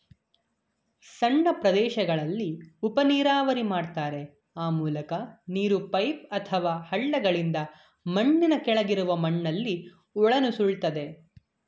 ಸಣ್ಣ ಪ್ರದೇಶಗಳಲ್ಲಿ ಉಪನೀರಾವರಿ ಮಾಡ್ತಾರೆ ಆ ಮೂಲಕ ನೀರು ಪೈಪ್ ಅಥವಾ ಹಳ್ಳಗಳಿಂದ ಮಣ್ಣಿನ ಕೆಳಗಿರುವ ಮಣ್ಣಲ್ಲಿ ಒಳನುಸುಳ್ತದೆ